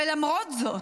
ולמרות זאת,